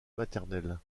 maternelle